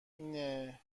اینه